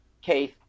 case